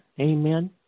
amen